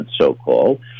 so-called